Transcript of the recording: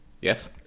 Yes